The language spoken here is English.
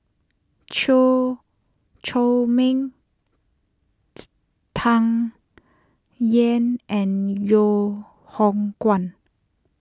Chew Chor Meng Tsung Yeh and Loh Hoong Kwan